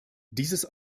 dieses